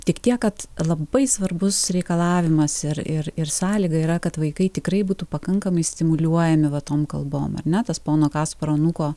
tik tiek kad labai svarbus reikalavimas ir ir ir sąlyga yra kad vaikai tikrai būtų pakankamai stimuliuojami va tom kalbom ar ne tas pono kasparo anūko